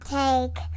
take